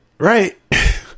Right